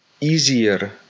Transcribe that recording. easier